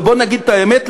ובוא נגיד את האמת,